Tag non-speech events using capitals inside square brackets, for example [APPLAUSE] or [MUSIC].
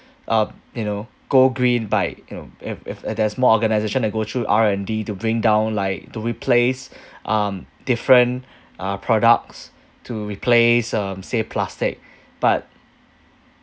uh you know go green by you know if if if there's more organisation that go through R_N_D to bring down like to replace [BREATH] um different [BREATH] uh products to replace um say plastic but